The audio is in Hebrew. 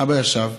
אבא ישב,